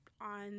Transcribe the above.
on